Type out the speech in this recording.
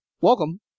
Welcome